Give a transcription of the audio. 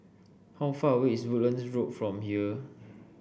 how far away is Woodlands Road from here